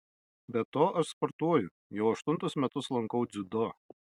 be to aš sportuoju jau aštuntus metus lankau dziudo